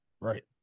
Right